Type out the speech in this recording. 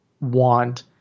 want